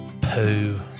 poo